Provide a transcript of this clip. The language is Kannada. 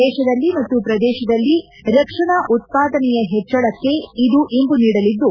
ದೇಶದಲ್ಲಿ ಮತ್ತು ಪ್ರದೇಶದಲ್ಲಿ ರಕ್ಷಣಾ ಉತ್ಪಾದನೆಯ ಹೆಚ್ಚಕ್ಕೆ ಇದು ಇಂಬು ನೀಡಲಿದ್ದು